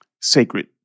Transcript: sacred